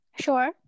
sure